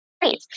great